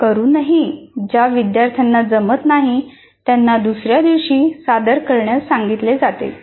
असे करूनही ज्या विद्यार्थ्यांना जमत नाही त्यांना दुसऱ्या दिवशी सादर करण्यास सांगितले जाते